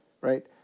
right